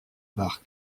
par